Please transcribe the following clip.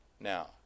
now